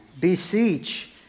Beseech